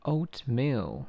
Oatmeal